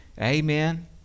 Amen